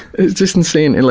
it's just insane. and